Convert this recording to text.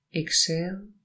exhale